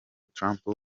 trump